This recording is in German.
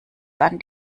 dann